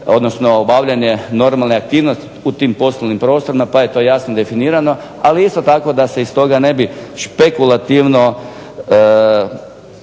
odnosno obavljanje normalne aktivnosti u tim poslovnim prostorima pa je to jasno definirano. Ali isto tako da se iz toga ne bi špekulativno